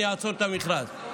אני אעצור את המכרז.